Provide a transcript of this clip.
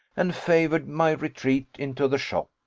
and favoured my retreat into the shop.